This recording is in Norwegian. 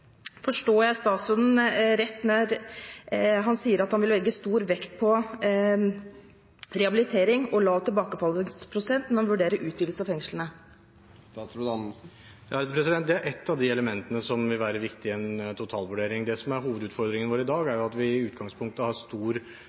Forstår jeg statsråden rett når han sier at han vil legge stor vekt på rehabilitering og lav tilbakefallsprosent når han vurderer utvidelse av fengslene? Det er ett av de elementene som vil være viktige i en totalvurdering. Det som er hovedutfordringen vår i dag, er at vi i utgangspunktet har stor